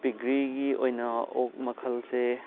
ꯄꯤꯒꯔꯤꯒꯤ ꯑꯣꯏꯅ ꯑꯣꯛ ꯃꯈꯜꯁꯦ